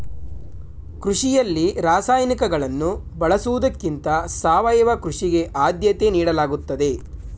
ಕೃಷಿಯಲ್ಲಿ ರಾಸಾಯನಿಕಗಳನ್ನು ಬಳಸುವುದಕ್ಕಿಂತ ಸಾವಯವ ಕೃಷಿಗೆ ಆದ್ಯತೆ ನೀಡಲಾಗುತ್ತದೆ